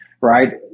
right